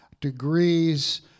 degrees